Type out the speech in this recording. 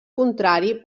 contrari